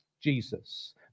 Jesus